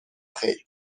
خیر